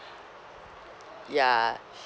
ya